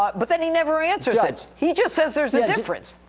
but but then he never answers it. he just says there's a difference.